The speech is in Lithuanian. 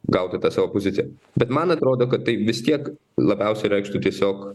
gauti tą savo poziciją bet man atrodo kad tai vis tiek labiausiai reikštų tiesiog